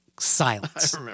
silence